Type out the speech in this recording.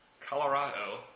Colorado